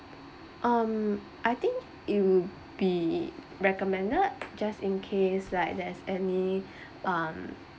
um I think it will be recommended just in case like there's any um